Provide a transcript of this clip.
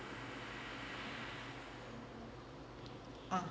uh